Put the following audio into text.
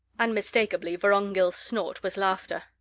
unmistakably, vorongil's snort was laughter.